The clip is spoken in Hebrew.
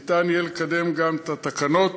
ניתן יהיה לקדם גם את התקנות.